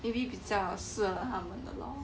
maybe 比较适合他们的 lor